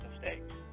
mistakes